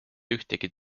ühtegi